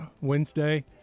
Wednesday